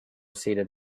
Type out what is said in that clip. seated